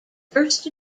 first